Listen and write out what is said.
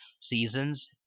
seasons